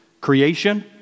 Creation